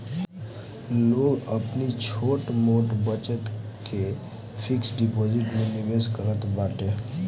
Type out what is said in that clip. लोग अपनी छोट मोट बचत के फिक्स डिपाजिट में निवेश करत बाटे